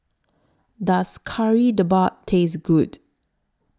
Does Kari Debal Taste Good